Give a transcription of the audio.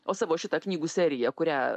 o savo šitą knygų seriją kurią